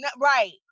Right